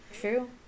True